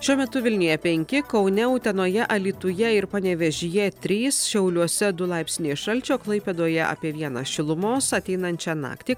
šiuo metu vilniuje penki kaune utenoje alytuje ir panevėžyje trys šiauliuose du laipsniai šalčio klaipėdoje apie vieną šilumos ateinančią naktį